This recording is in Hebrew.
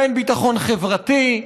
ואין ביטחון חברתי,